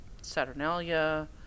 Saturnalia